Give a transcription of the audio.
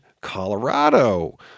Colorado